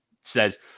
says